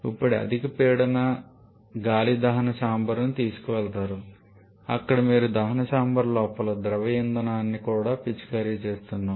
ఇప్పుడు ఈ అధిక పీడన గాలిని దహన చాంబర్కు తీసుకువెళతారు అక్కడ మీరు దహన చాంబర్ లోపల ద్రవ ఇంధనాన్ని కూడా పిచికారీ చేస్తున్నారు